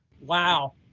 Wow